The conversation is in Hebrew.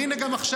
הינה, גם עכשיו.